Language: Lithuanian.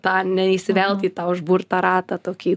tą neįsivelt į tą užburtą ratą tokį